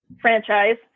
franchise